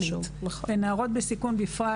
ונערות בסיכון בפרט,